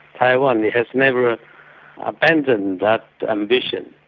taiwan. it has never ah abandoned that ambition.